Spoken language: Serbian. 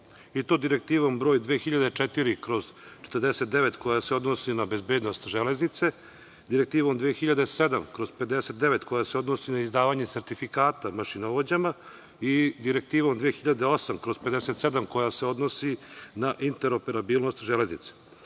i to Direktivom broj 2004/49 koja se odnosi na bezbednost železnice, Direktivom 2007/59 koja se odnosi na izdavanje sertifikata mašinovođama, Direktivom 2008/57 koja se odnosi na interoperabilnost železnice. Moram